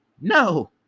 No